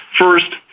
First